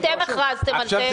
אתם הכרזתם על זה,